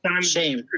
Shame